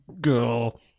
Girl